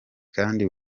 kandi